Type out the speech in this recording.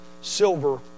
silver